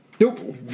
Nope